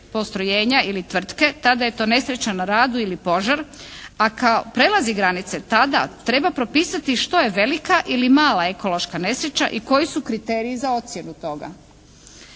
postrojenja i tvrtke, tada je to nesreća na radu ili požar, ako prelazi granice tada treba propisati što je velika ili mala ekološka nesreća i koji su kriteriji za ocjenu toga.